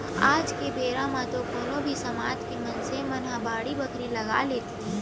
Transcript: आज के बेरा म तो कोनो भी समाज के मनसे मन ह बाड़ी बखरी लगा लेथे